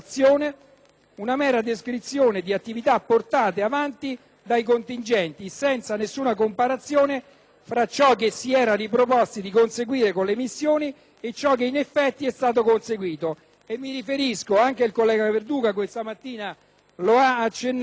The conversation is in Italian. una mera descrizione di attività portate avanti dai contingenti, senza nessuna comparazione tra ciò che ci si era riproposti di conseguire con le missioni e ciò che in effetti è stato conseguito. Mi riferisco alla missione a Cipro (anche il collega Perduca questa mattina ne ha fatto